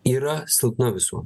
yra silpna visuom